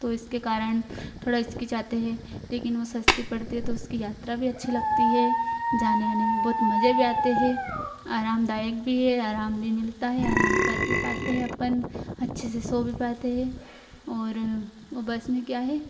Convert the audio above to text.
तो इसके कारण थोड़ा हिचकिचाते हे लेकिन वह सस्ती पड़ती है तो उसकी यात्रा भी अच्छी लगती है जाने आने में बहुत मज़े भी आते हैं आरामदायक भी है आराम भी मिलता है आराम कर भी पाते है अपन अच्छे से सो भी पाते है और वो बस में क्या है